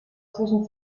zwischen